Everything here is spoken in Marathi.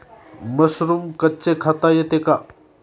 मशरूम कच्चे खाता येते का?